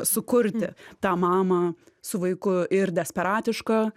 sukurti tą mamą su vaiku ir desperatišką